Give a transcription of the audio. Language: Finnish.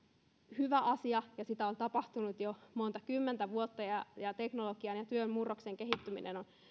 hyvä asia ja sitä on tapahtunut jo monta kymmentä vuotta ja ja teknologian ja työn murroksen kehittyminen on